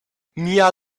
mia